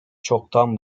çoktan